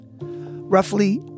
Roughly